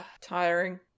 Tiring